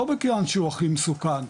לא מכיוון שהוא הכי מסוכן,